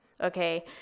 okay